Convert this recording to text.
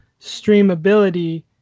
streamability